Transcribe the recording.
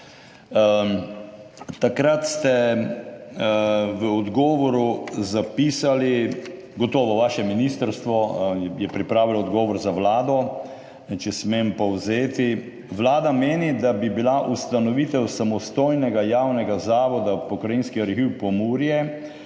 Takrat ste v odgovoru zapisali, gotovo je vaše ministrstvo pripravilo odgovor za Vlado, če smem povzeti. Vlada meni, da bi bila ustanovitev samostojnega javnega zavoda pokrajinski arhiv Pomurje